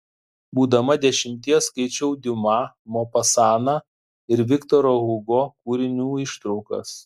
būdama dešimties skaičiau diuma mopasaną ir viktoro hugo kūrinių ištraukas